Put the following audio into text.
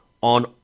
on